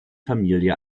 familie